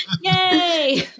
Yay